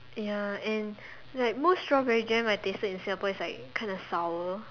ya and like most strawberry jams I tasted in Singapore is like kind of sour